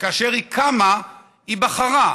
וכאשר היא קמה היא בחרה,